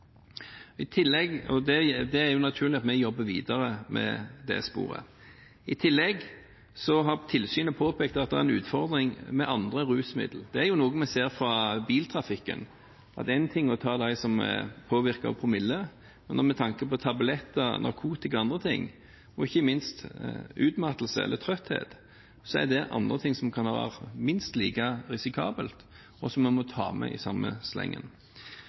og det er naturlig at vi jobber videre med det sporet. I tillegg har tilsynet påpekt at det er en utfordring med andre rusmidler. Dette er noe vi ser fra biltrafikken, at det er én ting å ta dem som er påvirket av promille, men at tabletter, narkotika og ikke minst utmattelse, eller tretthet, er andre ting som kan være minst like risikabelt, og som vi må ta med i samme slengen.